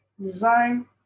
design